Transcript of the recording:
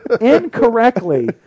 incorrectly